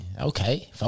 okay